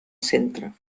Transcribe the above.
centre